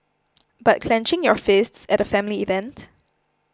but clenching your fists at a family event